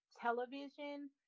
television